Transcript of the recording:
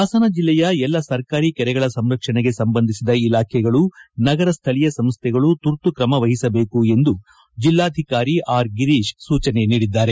ಹಾಸನ ಜಲ್ಲೆಯ ಎಲ್ಲ ಸರ್ಕಾರಿ ಕೆರೆಗಳ ಸಂರಕ್ಷಣೆಗೆ ಸಂಬಂಧಿಸಿದ ಇಲಾಖೆಗಳು ನಗರ ಸ್ಥಳೀಯ ಸಂಸ್ಥೆಗಳು ತುರ್ತು ಕ್ರಮ ವಹಿಸಬೇಕು ಎಂದು ಜಿಲ್ಲಾಧಿಕಾರಿ ಆರ್ ಗಿರೀಶ್ ಸೂಚನೆ ನೀಡಿದ್ದಾರೆ